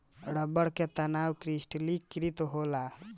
रबड़ के तनाव क्रिस्टलीकृत होखेला